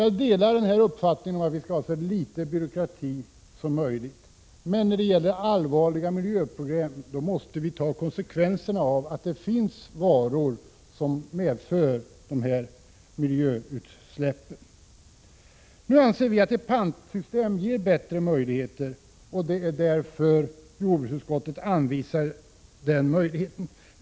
Jag delar uppfattningen att vi skall ha så litet byråkrati som möjligt, men vi måste också ta konsekvenserna av att det finns varor som medför miljöfarliga utsläpp. Nu anser vi att ett pantsystem ger bättre möjligheter att lösa problemen, och det är därför som jordbruksutskottet anvisar den möjligheten.